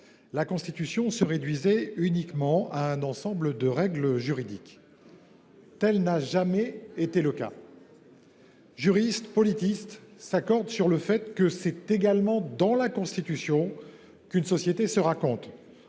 la Constitution était uniquement un ensemble de règles juridiques. Or tel n’a jamais été le cas. Juristes et politistes s’accordent sur le fait que c’est également dans la Constitution qu’une société se raconte.